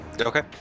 Okay